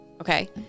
Okay